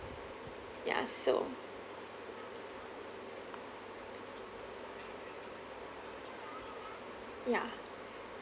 ya so ya